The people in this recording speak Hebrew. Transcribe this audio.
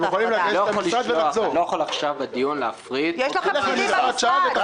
נעבור עכשיו על הספר, נגיד מה כן, מה לא.